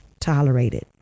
tolerated